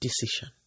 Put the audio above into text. decision